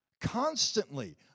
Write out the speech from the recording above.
Constantly